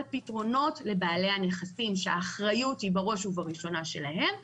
פתרונות לבעלי הנכסים שהאחריות היא בראש ובראשונה שלהם,